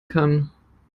kann